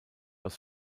aus